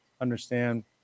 understand